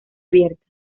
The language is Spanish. abierta